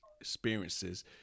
experiences